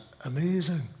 amazing